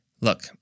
Look